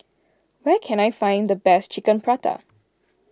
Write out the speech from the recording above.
where can I find the best Chicken Pasta